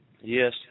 Yes